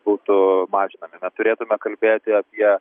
būtų mažinami turėtume kalbėti apie